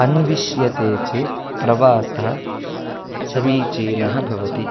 अन्विष्यते चेत् प्रवासः समीचीनः भवति